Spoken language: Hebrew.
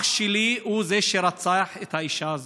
אח שלי הוא זה שרצח את האישה הזאת,